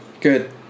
Good